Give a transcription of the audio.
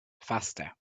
faster